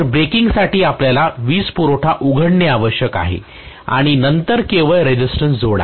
तर ब्रेकिंगसाठी आपल्याला वीजपुरवठा उघडणे आवश्यक आहे आणि नंतर केवळ रेसिस्टन्स जोडा